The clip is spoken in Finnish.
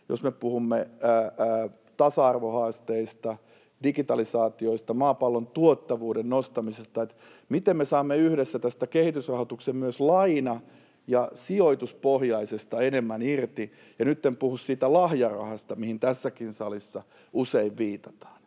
jos me puhumme tasa-arvohaasteista, digitalisaatioista, maapallon tuottavuuden nostamisesta, miten me saamme yhdessä myös tästä kehitysrahoituksen laina- ja sijoituspohjasta enemmän irti — ja nyt en puhu siitä lahjarahasta, mihin tässäkin salissa usein viitataan